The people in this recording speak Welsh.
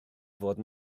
fod